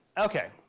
okay.